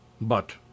But